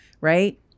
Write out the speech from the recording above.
Right